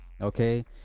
okay